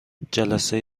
جلسه